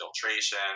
filtration